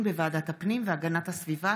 הפנים והגנת הסביבה